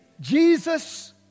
Jesus